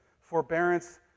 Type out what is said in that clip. forbearance